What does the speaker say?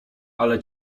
ale